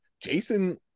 jason